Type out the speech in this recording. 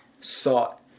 sought